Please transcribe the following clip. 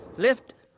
lift!